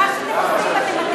ומה שאתם עושים אתם,